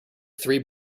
three